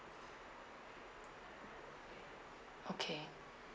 okay